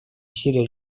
усилия